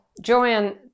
Joanne